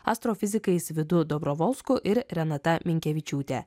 astrofizikais vidu dobrovolsku ir renata minkevičiūte